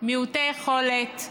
ומיעוטי יכולת,